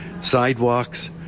sidewalks